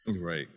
Right